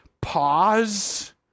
pause